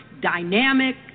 dynamic